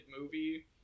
movie